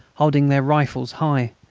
holding their rifles high,